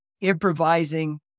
improvising